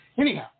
Anyhow